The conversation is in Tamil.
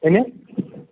என்ன